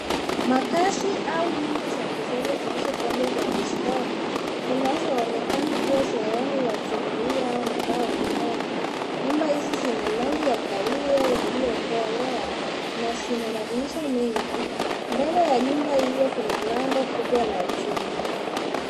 Makazi au nyumba za kisasa zilizopangwa kwa mistari zinazoonekana kuwa sehemu ya jumuiya au mtaa wa makazi. Nyumba hizi zina rangi ya kahawia iliyokolea na zina madirisha mengi. Mbele ya nyumba hizo kuna lango kubwa la chuma.